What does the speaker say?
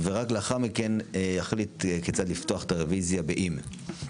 ולאחר מכן אני אחליט כיצד לפתוח את הרביזיה ואם.